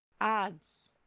ads